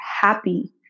happy